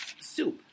soup